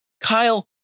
Kyle